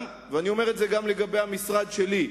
אני גם אומר את זה לגבי המשרד שלי,